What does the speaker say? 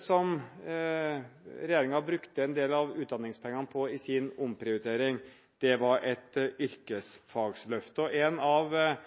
som regjeringen brukte en del av utdanningspengene på i sin omprioritering, var et yrkesfagløft. En av